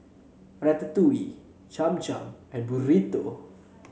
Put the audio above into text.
Ratatouille Cham Cham and Burrito